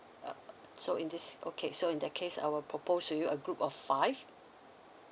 uh so in this okay so in that case I will propose to you a group of five